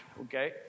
okay